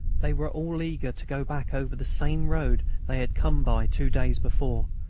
they were all eager to go back over the same road they had come by two days before,